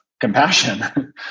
compassion